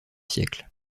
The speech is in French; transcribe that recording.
siècles